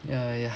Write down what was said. ya ya